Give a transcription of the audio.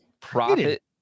Profit